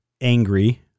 angry